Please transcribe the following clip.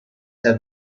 have